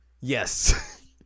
Yes